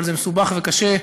אבל זה מסובך וקשה.